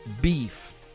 beef